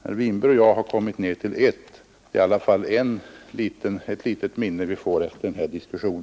Herr Winberg och jag har som sagt kommit ner till en man; det är ändå ett litet minne vi får efter denna diskussion.